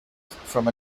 from